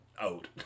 out